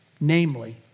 namely